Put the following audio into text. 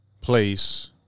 place